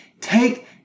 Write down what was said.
Take